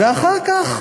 ואחר כך,